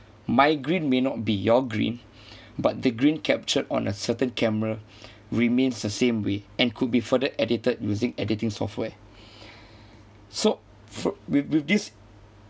my green may not be your green but the green captured on a certain camera remains the same way and could be further edited using editing software so fo~ with with this